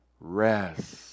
Rest